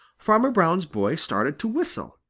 farmer brown's boy started to whistle,